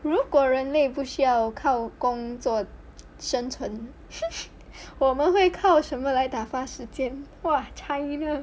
如果人类不需要靠工作生存:ru guoren lei bu xu yao kao gong zuo sheng cun 我们会靠什么来打发时间 !wah! china